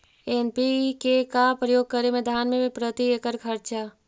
NPK का प्रयोग करे मे धान मे प्रती एकड़ खर्चा?